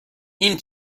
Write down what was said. این